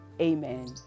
Amen